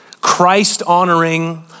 Christ-honoring